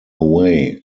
way